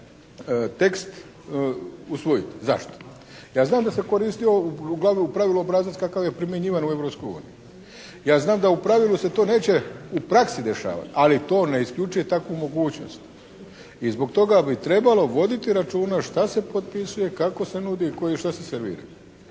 tekst usvojiti. Zašto? Ja znam da se koristio u pravilu obrazac kakav je primjenjivan u Europskoj uniji. Ja znam da u pravilu se to neće u praksi dešavati, ali to ne isključuje takvu mogućnost i zbog toga bi trebalo voditi računa šta se potpisuje, kako se nudi i što se servira.